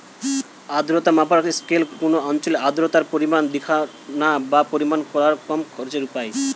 আর্দ্রতা মাপার স্কেল কুনো অঞ্চলের আর্দ্রতার পরিমাণ দিখানা বা পরিমাপ কোরার কম খরচের উপায়